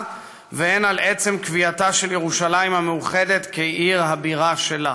והן על עצם קביעתה של ירושלים המאוחדת כעיר הבירה שלה.